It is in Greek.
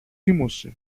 σίμωσε